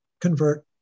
convert